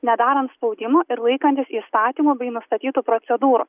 nedarant spaudimo ir laikantis įstatymų bei nustatytų procedūrų